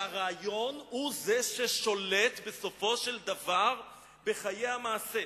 שהרעיון הוא ששולט בסופו של דבר בחיי המעשה.